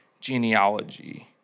genealogy